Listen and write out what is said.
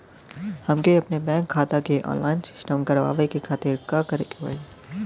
हमके अपने बैंक खाता के ऑनलाइन सिस्टम करवावे के खातिर का करे के होई?